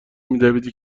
میدویدی